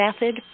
method